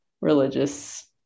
religious